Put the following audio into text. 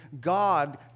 God